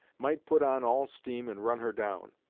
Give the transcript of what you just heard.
might put on all steam and run her down.